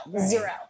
Zero